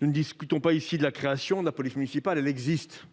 Nous ne discutons pas ici de la création de la police municipale : elle existe